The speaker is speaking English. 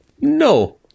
No